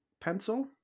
pencil